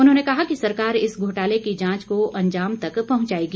उन्होंने कहा कि सरकार इस घोटाले की जांच को अंजाम तक पहुंचाएगी